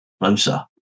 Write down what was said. closer